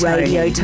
Radio